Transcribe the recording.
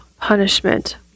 punishment